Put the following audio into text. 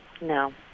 No